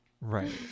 right